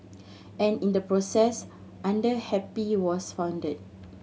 and in the process Under Happy was founded